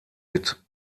mit